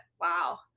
wow